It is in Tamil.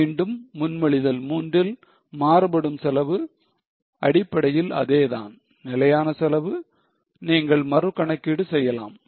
மீண்டும் முன்மொழிதல் 3 ல் மாறுபடும் செலவு அடிப்படையில் அதேதான் நிலையான செலவு நீங்கள் மறு கணக்கீடு செய்யலாம்